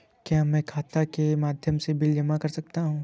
क्या मैं खाता के माध्यम से बिल जमा कर सकता हूँ?